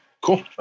cool